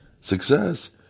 Success